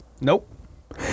Nope